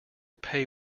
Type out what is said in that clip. pay